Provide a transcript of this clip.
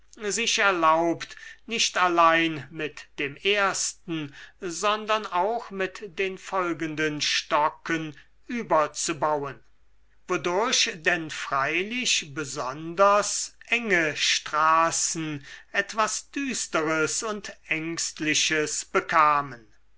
sich erlaubt nicht allein mit dem ersten sondern auch mit den folgenden stocken überzubauen wodurch denn freilich besonders enge straßen etwas düsteres und ängstliches bekamen